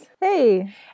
Hey